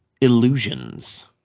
Illusions